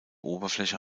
oberfläche